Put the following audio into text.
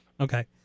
Okay